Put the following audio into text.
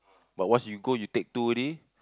but once you go you take two already